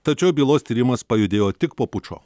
tačiau bylos tyrimas pajudėjo tik po pučo